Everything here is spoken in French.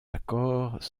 accords